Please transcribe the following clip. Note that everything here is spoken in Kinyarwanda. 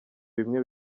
bimwe